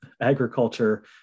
agriculture